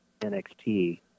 NXT